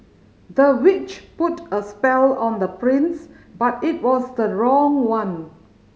the witch put a spell on the prince but it was the wrong one